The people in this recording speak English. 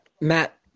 Matt